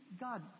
God